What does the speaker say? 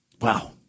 Wow